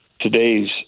today's